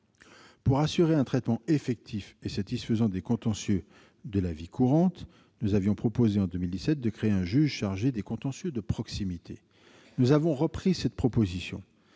Pour assurer un traitement effectif et satisfaisant des contentieux de la vie courante, nous avions proposé, en 2017, de créer un juge chargé des contentieux de proximité. Nous avons repris cette proposition.